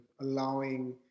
allowing